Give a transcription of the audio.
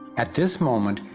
at this moment,